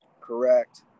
Correct